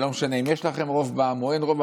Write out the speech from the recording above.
לא משנה אם יש לכם רוב בעם או אין רוב,